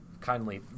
kindly